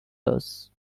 laws